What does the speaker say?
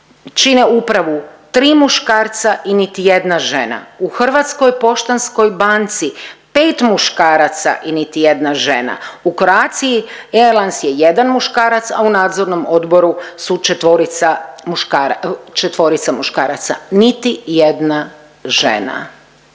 čine upravu tri muškarca i niti jedna žena, u Hrvatskoj poštanskoj banci pet muškaraca i niti jedna žena u Croatia Airlines je jedan muškarac, a u nadzornom odboru su četvorica muškaraca niti jedna žena,